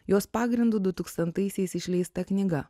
jos pagrindu dutūkstantaisiais išleista knyga